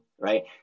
right